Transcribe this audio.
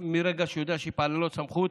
מרגע שאני יודע שהמשטרה פעלה ללא סמכות,